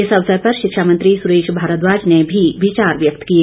इस अवसर पर शिक्षा मंत्री सुरेश भारद्वाज ने भी विचार व्यक्त किए